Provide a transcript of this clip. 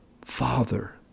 Father